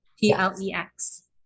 P-L-E-X